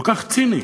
כל כך ציני.